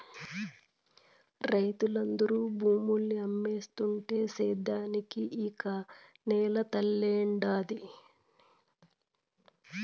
రైతులందరూ భూముల్ని అమ్మేస్తుంటే సేద్యానికి ఇక నేల తల్లేడుండాది